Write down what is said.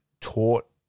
taught